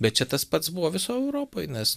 bet čia tas pats buvo visoj europoj nes